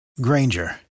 Granger